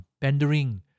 pandering